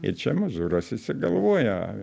ir čia mazūras išsigalvoja